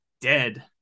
dead